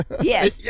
yes